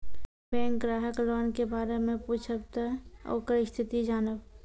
Bank ग्राहक loan के बारे मैं पुछेब ते ओकर स्थिति जॉनब?